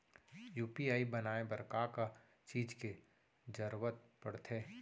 UPI बनाए बर का का चीज के जरवत पड़थे?